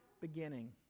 Beginning